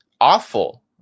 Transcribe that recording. awful